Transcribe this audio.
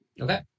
okay